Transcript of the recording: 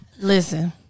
Listen